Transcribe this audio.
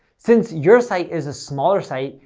since your site is a smaller site,